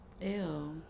ew